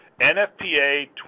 NFPA